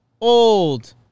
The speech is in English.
old